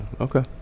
Okay